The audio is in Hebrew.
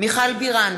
מיכל בירן,